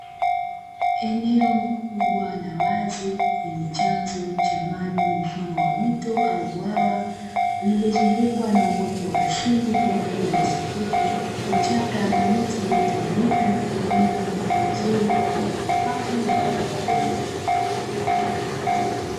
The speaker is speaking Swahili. Eneo kubwa la wazi, lenye chanzo cha maji mfano wa mto au bwawa, lililozungukwa na uoto wa asili kama vile nyasi fupi, vichaka na miti iliyotawanyika na kutengeneza mandhari nzuri kwa ajili ya hifadhi ya wanayampori.